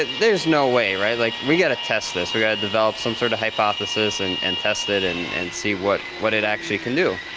there's no way, right? like we got to test this. we've got to develop some sort of hypothesis and and test it, and and see what what it actually can do.